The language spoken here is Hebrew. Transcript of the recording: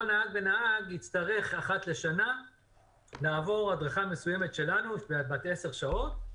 כל נהג ונהג יצטרך אחת לשנה לעבור הדרכה מסוימת שלנו בת עשר שעות.